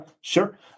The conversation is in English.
sure